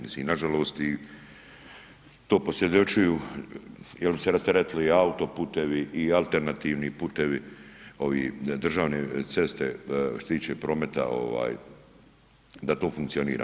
Mislim nažalost i to posvjedočuju, jer bi se rasteretili i autoputevi i alternativni putevi ovi državne ceste što se tiče prometa ovaj da to funkcionira.